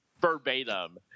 verbatim